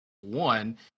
one